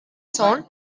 sohn